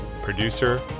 producer